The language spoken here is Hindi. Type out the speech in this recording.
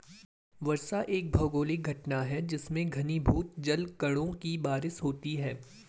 वर्षा एक भौगोलिक घटना है जिसमें घनीभूत जलकणों की बारिश होती है